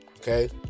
Okay